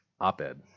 op-ed